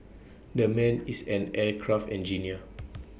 that man is an aircraft engineer